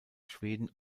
schweden